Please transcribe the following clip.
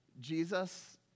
Jesus